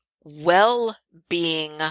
well-being